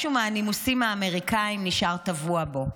משהו מהנימוסים האמריקאיים נשאר טבוע בו.